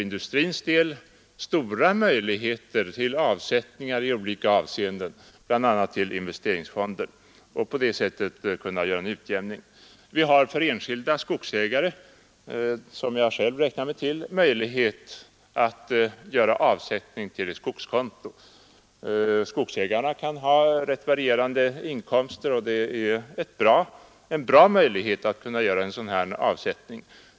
Industrin har stora möjligheter att göra avsättningar, bl.a. till investeringsfonder, och kan på det sättet göra en utjämning. Enskilda skogsägare, som jag själv räknar mig till, har möjlighet att göra avsättning på ett skogskonto. Skogsägarna kan ha rätt varierande inkomster, och det är bra att det finns möjlighet att göra en sådan här avsättning.